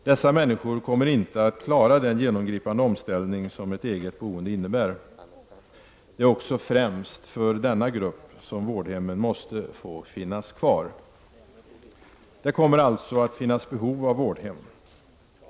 Dessa människor kommer inte att klara den genomgripande omställning som ett eget boende innebär. Det är också främst för denna grupp som vårdhemmen måste få finnas kvar. Det kommer alltid att finnas behov av vårdhem.